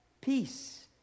peace